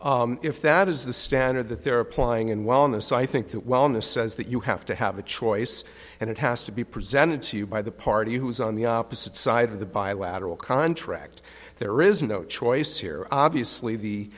well if that is this standard that they're applying in wellness i think that wellness says that you have to have a choice and it has to be presented to you by the party who is on the opposite side of the bilateral contract there is no choice here obviously the